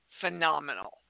phenomenal